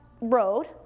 road